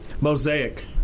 mosaic